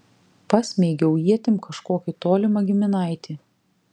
pasmeigiau ietim kažkokį tolimą giminaitį